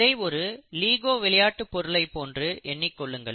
இதை ஒரு லீகோ விளையாட்டுப் பொருளை போன்று எண்ணிக்கொள்ளுங்கள்